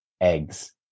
eggs